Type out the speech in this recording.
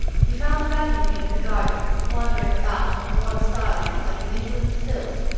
he found her that evening in the garden, wandering about in the warm starlight like an indolent sylph,